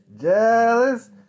Jealous